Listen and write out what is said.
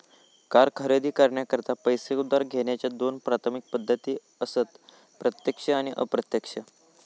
car खरेदी करण्याकरता पैसो उधार घेण्याच्या दोन प्राथमिक पद्धती असत प्रत्यक्ष आणि अप्रत्यक्ष